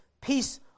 peace